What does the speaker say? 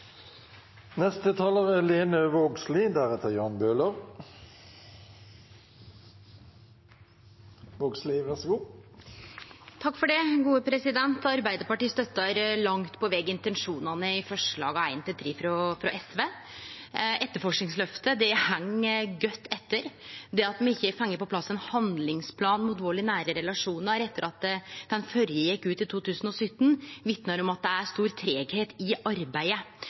forslaga nr. 1–3, frå SV. Etterforskingsløftet heng godt etter. Det at me ikkje har fått på plass ein handlingsplan mot vald i nære relasjonar etter at den førre gjekk ut i 2017, vitnar om at det er stor tregleik i arbeidet.